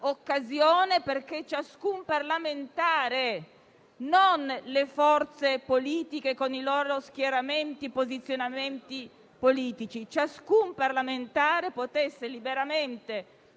perché ciascun parlamentare - e non le forze politiche, con i loro schieramenti e posizionamenti politici - potesse liberamente